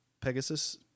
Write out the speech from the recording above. Pegasus